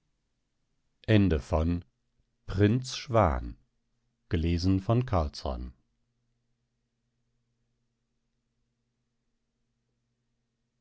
prinz schwan ob